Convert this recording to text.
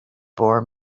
bore